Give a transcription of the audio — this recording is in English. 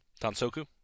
Tansoku